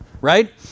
right